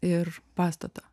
ir pastato